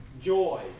joy